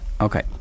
okay